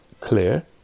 clear